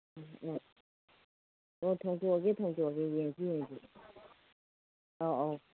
ꯑꯣ ꯊꯣꯡꯗꯣꯛꯑꯒꯦ ꯊꯣꯡꯗꯣꯛꯑꯒꯦ ꯌꯦꯡꯁꯤ ꯌꯦꯡꯁꯤ ꯑꯧ ꯑꯧ